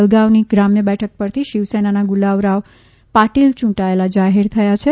જલગાવની ગ્રામ્ય બેઠક પરથી શિવસેનાના ગુલાવરાવ પાટિલ ચૂંટાયેલા જાહેર થયા છે